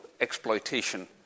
exploitation